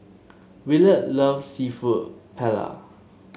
Willard loves seafood Paella